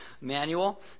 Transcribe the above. manual